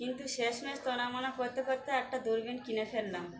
কিন্তু শেষমেশ দোনামনা করতে করতে একটা দূরবীন কিনে ফেললাম